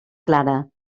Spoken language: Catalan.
clara